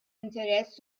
interess